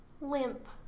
Limp